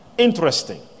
interesting